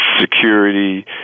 security